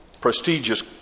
prestigious